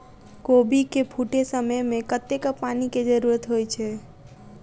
कोबी केँ फूटे समय मे कतेक पानि केँ जरूरत होइ छै?